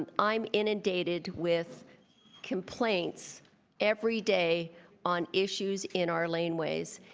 and i'm inundated with complaints every day on issues in our lane ways,